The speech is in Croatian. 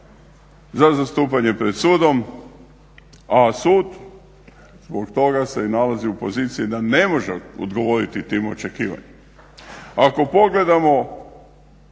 za zastupanje pred sudom a sud zbog toga se i nalazi u poziciji da ne može odgovoriti tim očekivanjima. Ako pogledamo